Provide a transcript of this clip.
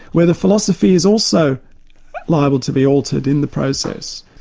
where the philosophy is also liable to be altered in the process.